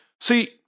See